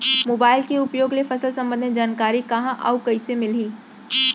Mobile के उपयोग ले फसल सम्बन्धी जानकारी कहाँ अऊ कइसे मिलही?